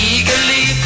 Eagerly